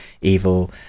evil